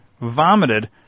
vomited